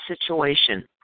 situation